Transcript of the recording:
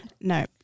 No